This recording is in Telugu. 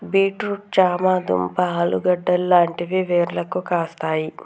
బీట్ రూట్ చామ దుంప ఆలుగడ్డలు లాంటివి వేర్లకు కాస్తాయి